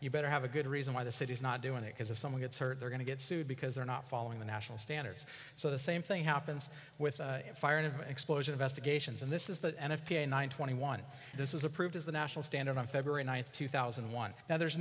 you better have a good reason why the city's not doing it because if someone gets hurt they're going to get sued because they're not following the national standards so the same thing happens with fire and of explosion investigations and this is the n f p a nine twenty one this was approved as the national standard on february ninth two thousand and one now there